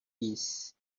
peace